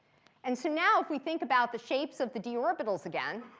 and so now if we think about the shapes of the d orbitals again,